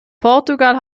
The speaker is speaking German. portugal